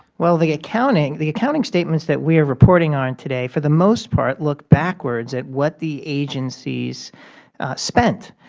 well, the accounting the accounting statements that we are reporting on today, for the most part, look backwards at what the agencies spent.